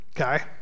okay